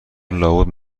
لابد